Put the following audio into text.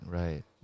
right